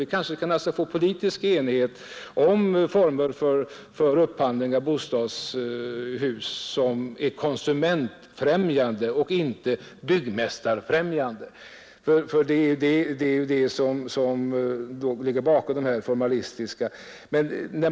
Vi kanske kan få politisk enighet om former för upphandling av bostadshus som är konsumentfrämjande och inte byggmästarfrämjande. Det är ju detta som ligger bakom de här formalistiska resonemangen.